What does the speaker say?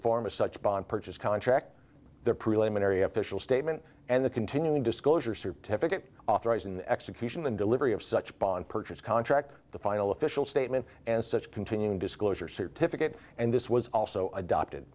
form of such bond purchase contract their preliminary official statement and the continuing disclosure certificate authorizing the execution and delivery of such bond purchase contract the final official statement and such continued disclosure certificate and this was also adopted